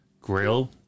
grill